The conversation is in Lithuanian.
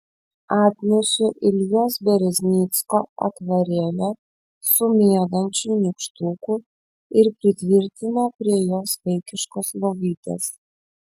atnešė iljos bereznicko akvarelę su miegančiu nykštuku ir pritvirtino prie jos vaikiškos lovytės